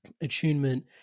Attunement